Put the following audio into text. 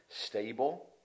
stable